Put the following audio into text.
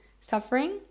suffering